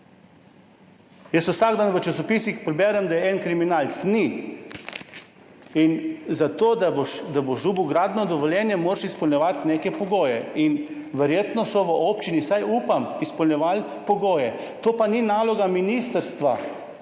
Jaz vsak dan v časopisih preberem, da je en kriminalec. Ni! Zato, da dobiš gradbeno dovoljenje, moraš izpolnjevati neke pogoje in verjetno so v občini, vsaj upam, izpolnjevali pogoje, to pa ni naloga ministrstva,